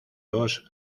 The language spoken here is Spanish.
dos